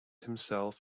himself